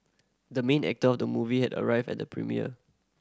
the main actor of the movie had arrived at the premiere